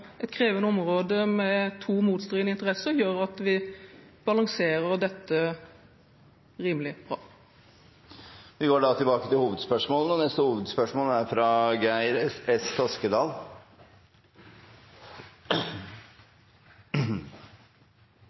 et krevende område med to motstridende interesser, gjør at vi balanserer dette rimelig bra. Vi går videre til neste til